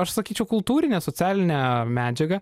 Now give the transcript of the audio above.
aš sakyčiau kultūrinę socialinę medžiagą